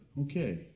okay